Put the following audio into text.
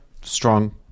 strong